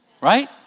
right